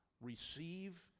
receive